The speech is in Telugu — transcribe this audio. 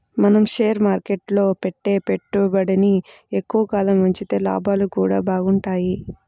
మనం షేర్ మార్కెట్టులో పెట్టే డబ్బుని ఎక్కువ కాలం ఉంచితే లాభాలు గూడా బాగుంటయ్